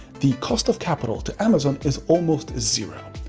the cost of capital to amazon is almost zero,